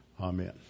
Amen